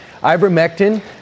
Ivermectin